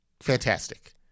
Fantastic